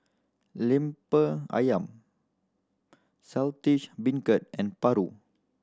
Lemper Ayam Saltish Beancurd and paru